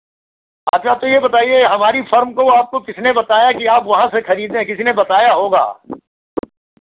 अच्छा तो ये बताइए कि हमारी फर्म को आपको किसने बताया कि आप वहाँ से खरीदें किसी ने बताया होगा